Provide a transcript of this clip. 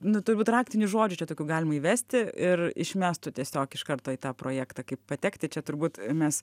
nu turbūt raktinių žodžių čia tokių galima įvesti ir išmestų tiesiog iš karto į tą projektą kaip patekti čia turbūt mes